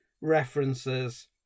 references